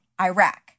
Iraq